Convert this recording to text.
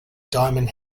diamond